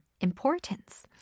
importance